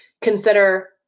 Consider